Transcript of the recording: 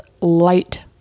light